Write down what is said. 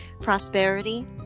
prosperity